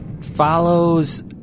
follows